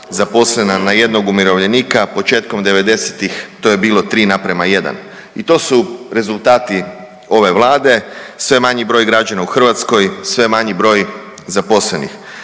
zaposlena na jednog umirovljenika, početkom 90-ih to je bilo 3:1 i to su rezultati ove Vlade, sve manji broj građana u Hrvatskoj, sve manji broj zaposlenih.